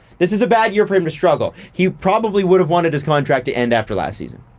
this is a bad year for him to struggle. he probably would have wanted his contract to end after last season,